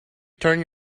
turn